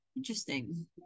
Interesting